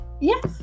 Yes